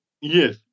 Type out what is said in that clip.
Yes